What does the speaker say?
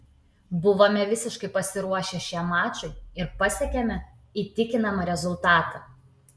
buvome visiškai pasiruošę šiam mačui ir pasiekėme įtikinamą rezultatą